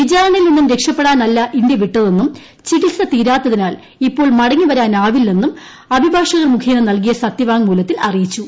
വിചാരണയിൽ നിന്നും രക്ഷപ്പെടാനല്ല ഇന്ത്യ വിട്ടതെന്നും ചികിത്സ തീരാത്തതിനാൽ ഇപ്പോൾ മടങ്ങിവരാനാവില്ലെന്നും അഭിഭാഷകർ മുഖേന നൽകിയ സത്യവാങ്മൂലത്തിൽ അറിയിച്ചു